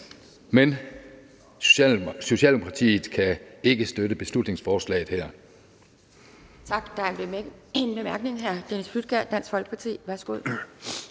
Men Socialdemokratiet kan ikke støtte det her beslutningsforslag. Kl.